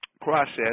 process